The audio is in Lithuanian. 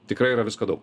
tikrai yra visko daug